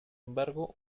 embargo